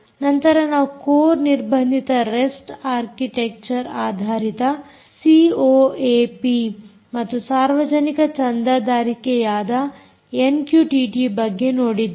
ನಂತರ ನಾವು ಕೋರ್ ನಿರ್ಬಂಧಿತ ರೆಸ್ಟ್ ಆರ್ಕಿಟೆಕ್ಚರ್ ಆಧಾರಿತ ಸಿಓಏಪಿ ಮತ್ತು ಸಾರ್ವಜನಿಕ ಚಂದಾದಾರಿಕೆಯಾದ ಎನ್ಕ್ಯೂಟಿಟಿಯ ಬಗ್ಗೆ ನೋಡಿದ್ದೇವೆ